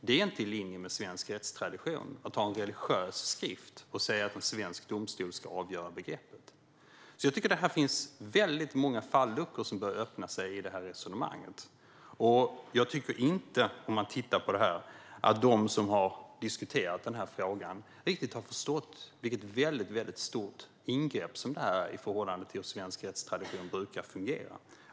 Det är inte i linje med svensk rättstradition att ta en religiös skrift och säga att en svensk domstol ska avgöra begreppet. Det är många falluckor som öppnar sig i detta resonemang, och jag tycker inte att de som har diskuterat denna fråga riktigt har förstått vilket stort ingrepp detta är i förhållande till hur svensk rättstradition brukar fungera.